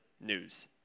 news